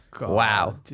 Wow